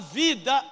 vida